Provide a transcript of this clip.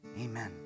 amen